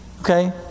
Okay